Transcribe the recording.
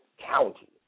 county